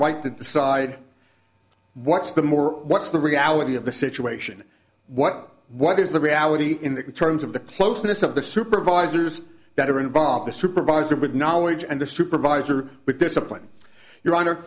right to decide what's the more what's the reality of the situation what what is the reality in terms of the closeness of the supervisors that are involved the supervisor with knowledge and the supervisor with discipline your hon